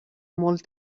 molt